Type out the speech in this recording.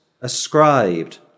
ascribed